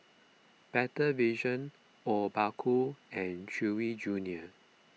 Better Vision Obaku and Chewy Junior